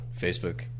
Facebook